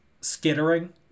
Skittering